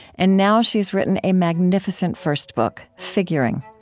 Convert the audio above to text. and now she's written a magnificent first book, figuring.